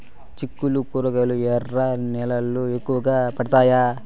చిక్కుళ్లు కూరగాయలు ఎర్ర నేలల్లో ఎక్కువగా పండుతాయా